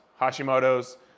Hashimoto's